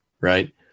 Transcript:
right